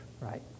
right